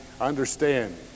understand